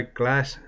glass